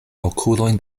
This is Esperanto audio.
okulojn